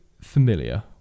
familiar